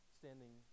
standing